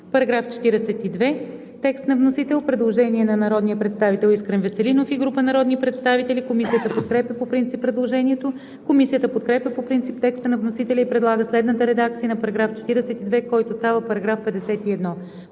нова ал. 3.“ По § 42 има предложение на народния представител Искрен Веселинов и група народни представители. Комисията подкрепя по принцип предложението. Комисията подкрепя по принцип текста на вносителя и предлага следната редакция на § 42, който става § 51: „§ 51.